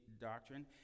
doctrine